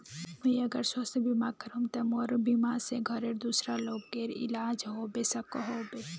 मुई अगर स्वास्थ्य बीमा करूम ते मोर बीमा से घोरेर दूसरा लोगेर इलाज होबे सकोहो होबे?